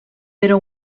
però